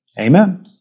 Amen